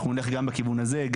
אנחנו נלך גם בכיוון הזה.